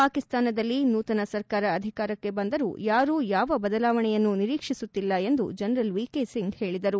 ಪಾಕಿಸ್ತಾನದಲ್ಲಿ ನೂತನ ಸರ್ಕಾರ ಅಧಿಕಾರಕ್ಕೆ ಬಂದರೂ ಯಾರೂ ಯಾವ ಬದಲಾವಣೆಯನ್ನೂ ನಿರೀಕ್ಷಿಸುತ್ತಿಲ್ಲ ಎಂದು ಜನರಲ್ ಸಿಂಗ್ ಹೇಳದರು